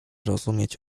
rozumieć